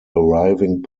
arriving